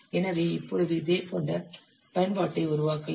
எனவே இப்பொழுது இதேபோன்ற பயன்பாட்டை உருவாக்கலாம்